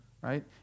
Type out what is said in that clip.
right